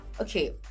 Okay